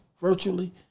virtually